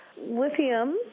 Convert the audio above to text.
Lithium